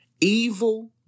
Evil